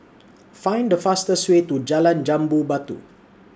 Find The fastest Way to Jalan Jambu Batu